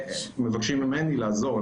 מבקשים ממני לעזור.